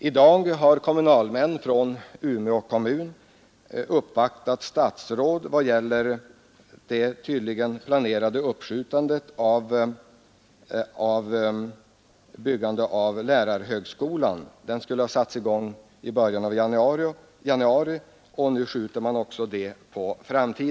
I dag har kommunalmän från Umeå uppvaktat statsråd om det tydligen planerade uppskjutandet av byggnadsarbetena för lärarhögskolan, vilka skulle ha satts i gång i början av januari. Detta betyder att Umeå behöver sysselsättningstillskott.